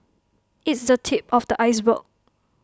it's the tip of the iceberg